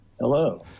Hello